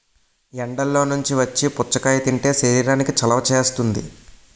ఎండల్లో నుంచి వచ్చి పుచ్చకాయ తింటే శరీరానికి చలవ చేస్తుంది